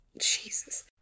Jesus